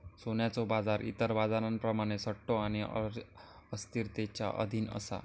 सोन्याचो बाजार इतर बाजारांप्रमाण सट्टो आणि अस्थिरतेच्या अधीन असा